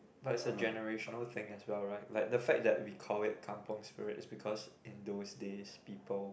but it's a generational thing as well right like the fact that we call it Kampung spirit is because in those days people